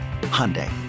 Hyundai